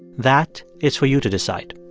that is for you to decide